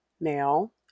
male